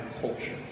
culture